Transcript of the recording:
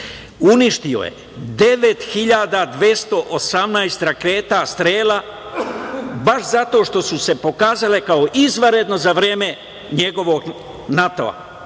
uništio je 9.218 raketa Strela baš zato što su se pokazale kao izvanredno za vreme njegovog NATO-a